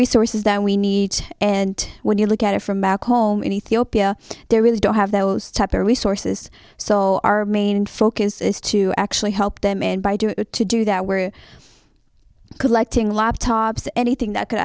resources that we need and when you look at it from back home in ethiopia they really don't have those type their resources so our main focus is to actually help them and by doing to do that where collecting laptops anything that could